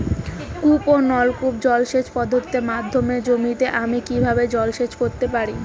কূপ ও নলকূপ জলসেচ পদ্ধতির মাধ্যমে জমিতে আমি কীভাবে জলসেচ করতে পারি?